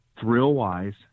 thrill-wise